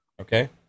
Okay